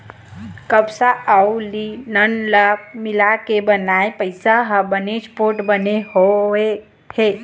कपसा अउ लिनन ल मिलाके बनाए पइसा ह बनेच पोठ बने हुए हे